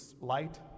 light